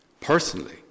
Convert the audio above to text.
personally